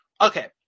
Okay